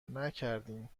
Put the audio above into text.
نکردیم